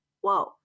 whoa